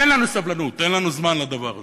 ואין לנו סבלנות, אין לנו זמן לדבר הזה.